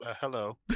Hello